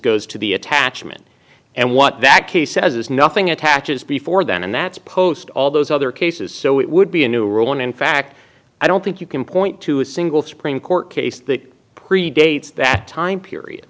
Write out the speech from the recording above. goes to the attachment and what that case says is nothing attaches before then and that's post all those other cases so it would be a new rule and in fact i don't think you can point to a single supreme court case that predates that time period